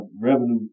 revenue